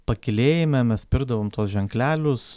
pakylėjime mes spirdavom tuos ženklelius su